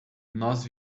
nós